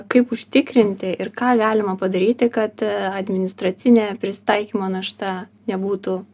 kaip užtikrinti ir ką galima padaryti kad administracinė prisitaikymo našta nebūtų